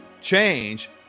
change